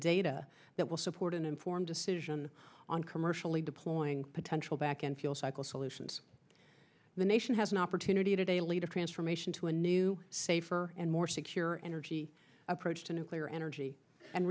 data that will support an informed decision on commercially deploying potential back and fuel cycle solutions the nation has an opportunity today to lead a transformation to a new safer and more secure energy approach to nuclear energy and